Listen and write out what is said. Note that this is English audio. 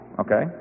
okay